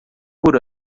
por